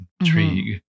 intrigue